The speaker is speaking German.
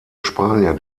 spanier